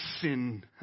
sin